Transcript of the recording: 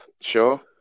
Sure